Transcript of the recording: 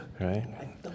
Right